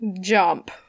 jump